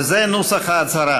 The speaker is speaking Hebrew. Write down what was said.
זה נוסח ההצהרה: